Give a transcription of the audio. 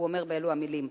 הוא אומר באלה המלים: